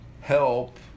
help